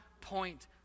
point